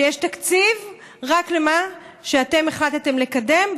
שיש תקציב רק למה שאתם החלטתם לקדם,